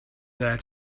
there